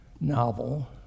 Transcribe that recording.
novel